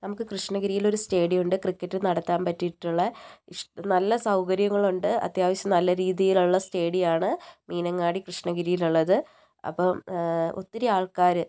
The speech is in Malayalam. നമുക്ക് കൃഷ്ണഗിരിയിൽ ഒരു സ്റ്റേഡിയം ഉണ്ട് ക്രിക്കറ്റ് നടത്താൻ പറ്റിയിട്ടുള്ള ഇഷ് നല്ല സൗകര്യങ്ങളുണ്ട് അത്യാവശ്യം നല്ല രീതിയിലുള്ള സ്റ്റേഡിയം ആണ് മീനങ്ങാടി കൃഷ്ണഗിരിയിലുള്ളത് അപ്പോൾ ഒത്തിരി ആൾക്കാർ